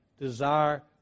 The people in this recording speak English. desire